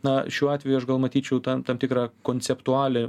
na šiuo atveju aš gal matyčiau tam tam tikrą konceptualią